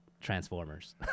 Transformers